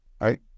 right